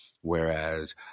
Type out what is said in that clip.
Whereas